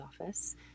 office